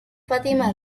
fatima